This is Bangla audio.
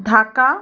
ঢাকা